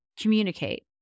communicate